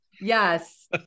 Yes